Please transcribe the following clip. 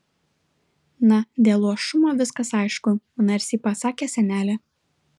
na dėl luošumo viskas aišku narsiai pasakė senelė